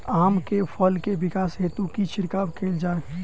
आम केँ फल केँ विकास हेतु की छिड़काव कैल जाए?